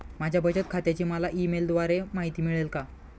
माझ्या बचत खात्याची मला ई मेलद्वारे माहिती मिळेल का?